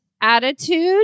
attitude